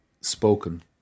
spoken